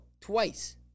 Twice